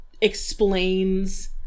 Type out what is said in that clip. explains